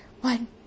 One